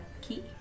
key